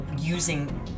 using